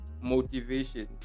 motivations